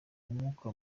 mwuka